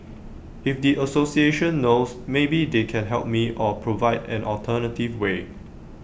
if the association knows maybe they can help me or provide an alternative way